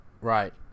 Right